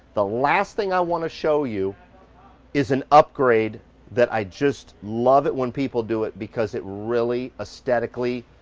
the last thing i want to show you is an upgrade that i just love it when people do it because it really aesthetically.